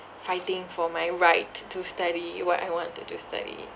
fighting for my right to study what I wanted to study